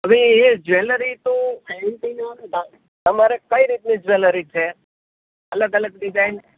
હવે એ જ્વેલરી તો તમારે કઈ રીતની જ્વેલરી છે અલગ અલગ ડિઝાઈન્સ